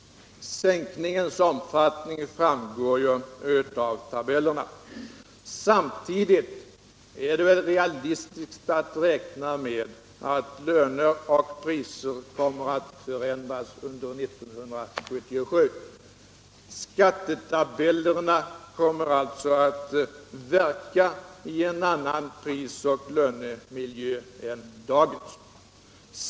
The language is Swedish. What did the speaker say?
Sänkningens omfattning framgår av tabellerna. Samtidigt är det realistiskt att räkna med att löner och priser kommer att förändras under 1977. Skattetabellerna kommer alltså att verka i en annan pris och lönemiljö än dagens.